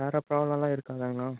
வேறு ப்ராப்ளமெலாம் இருக்காதங்களாண்ணா